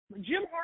Jim